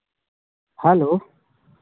hello